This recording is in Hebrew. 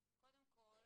קודם כל,